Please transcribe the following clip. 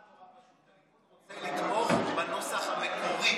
נורא נורא פשוט: אני רוצה לתמוך בנוסח המקורי,